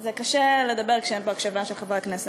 זה קשה לדבר כשאין פה הקשבה של חברי הכנסת.